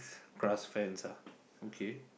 grass fence ah okay